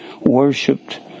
worshipped